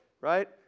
right